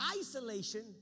isolation